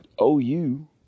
OU